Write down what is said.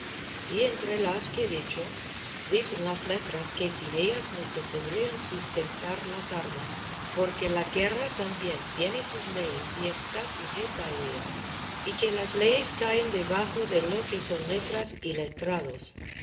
y entre las que he dicho dicen las letras que sin ellas no se podrían sustentar las armas porque la guerra también tiene sus leyes y está sujeta a ellas y que las leyes caen debajo de lo que son letras y letrados